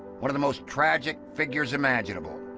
one of the most tragic figures imaginable.